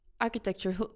architecture